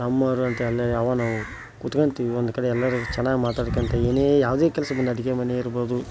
ನಮ್ಮವರು ಅಂತೆಲ್ಲ ಯಾವಾಗ ನಾವು ಕೂತ್ಕೊತೀವಿ ಒಂದುಕಡೆ ಎಲ್ಲರೂ ಚೆನ್ನಾಗ್ ಮಾತಾಡ್ಕೋತಿವಿ ಏನೇ ಯಾವುದೇ ಕೆಲಸ ಬಂದು ಅಡುಗೆ ಮನೆ ಇರ್ಬೋದು